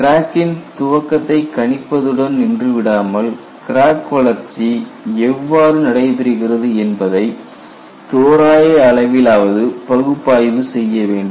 கிராக்கின் துவக்கத்தை கணிப்பதுடன் நின்றுவிடாமல் கிராக் வளர்ச்சி எவ்வாறு நடைபெறுகிறது என்பதை தோராய அளவிலாவது பகுப்பாய்வு செய்ய வேண்டும்